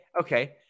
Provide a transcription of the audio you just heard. Okay